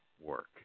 work